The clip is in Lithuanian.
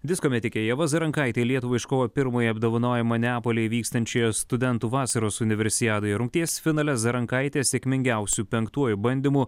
disko metikė ieva zarankaitė lietuvai iškovojo pirmąjį apdovanojimą neapolyje vykstančioje studentų vasaros universiadoje rungties finale zarankaitė sėkmingiausiu penktuoju bandymu